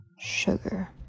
sugar